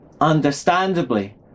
Understandably